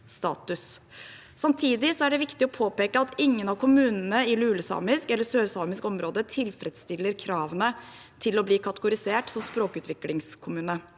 Samtidig er det viktig å påpeke at ingen av kommunene i lulesamisk eller sørsamisk område tilfredsstiller kravene til å bli kategori sert som språkutviklingskommune.